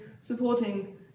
supporting